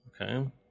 Okay